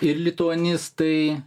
ir lituanistai